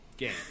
game